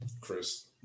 Chris